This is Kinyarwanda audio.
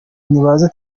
nibaze